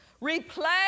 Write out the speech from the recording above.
replace